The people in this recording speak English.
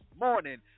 morning